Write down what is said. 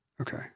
Okay